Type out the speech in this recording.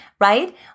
right